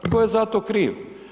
Tko je za to kriv?